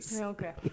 okay